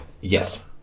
Yes